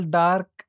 dark